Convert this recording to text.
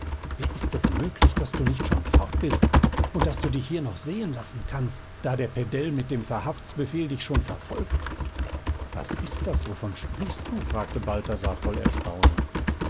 wie ist es möglich daß du nicht schon fort bist daß du dich hier noch sehen lassen kannst da der pedell mit dem verhaftsbefehl dich schon verfolgt was ist das wovon sprichst du fragte balthasar voll erstaunen